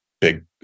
big